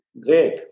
Great